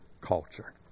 culture